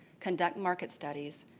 conduct market studies,